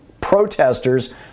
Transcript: protesters